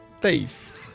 Dave